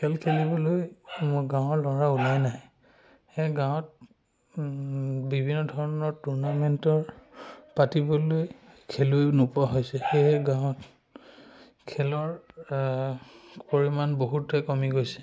খেল খেলিবলৈ গাঁৱৰ ল'ৰা ওলাই নাই সেয়ে গাঁৱত বিভিন্ন ধৰণৰ টুৰ্ণামেণ্টৰ পাতিবলৈ খেলুৱৈ নোপোৱা হৈছে সেয়ে গাঁৱত খেলৰ পৰিমাণ বহুতে কমি গৈছে